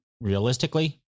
realistically